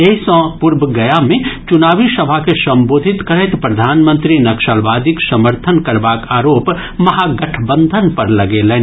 एहि सँ पूर्व गया मे चुनावी सभा के संबोधित करैत प्रधानमंत्री नक्सलवादीक समर्थन करबाक आरोप महागठबंधन पर लगेलनि